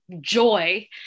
joy